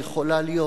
קרובה מאוד.